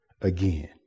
again